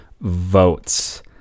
votes